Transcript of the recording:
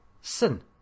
Sin